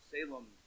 Salem